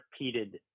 repeated